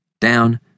down